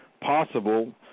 possible